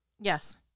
Yes